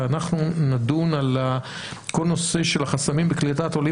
אנחנו נדון על כל הנושא של החסמים בקליטת עולים